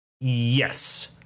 yes